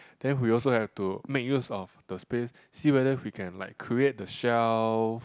then we also have to make use of the space see whether we can like create the shelf